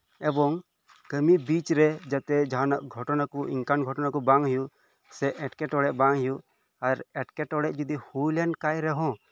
ᱮᱵᱚᱝ ᱠᱟᱹᱢᱤ ᱵᱤᱪᱨᱮ ᱡᱟᱦᱟᱸᱱᱟᱜ ᱜᱷᱚᱴᱚᱱᱟ ᱠᱚ ᱚᱱᱠᱟᱱ ᱜᱷᱚᱴᱚᱱᱟ ᱠᱚ ᱵᱟᱝ ᱦᱳᱭᱳᱜ ᱮ ᱮᱸᱴᱠᱮᱴᱚᱲᱮ ᱵᱟᱝ ᱦᱳᱭᱳᱜ ᱟᱨ ᱮᱸᱴᱠᱮ ᱴᱚᱲᱮ ᱡᱚᱫᱤ ᱦᱳᱞᱮᱱᱠᱷᱟᱱ ᱨᱮᱦᱚᱸ